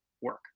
work